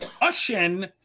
Russian